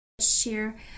Share